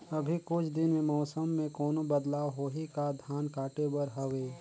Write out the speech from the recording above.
अभी कुछ दिन मे मौसम मे कोनो बदलाव होही का? धान काटे बर हवय?